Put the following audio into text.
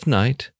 night